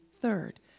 third